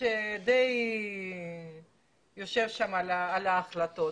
שיושב על ההחלטות.